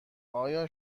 آیا